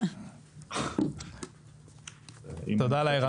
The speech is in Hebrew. אני יזם